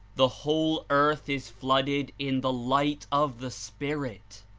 the whole earth is flooded in the light of the spirit.